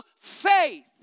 faith